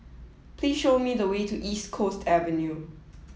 please show me the way to East Coast Avenue